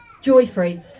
joy-free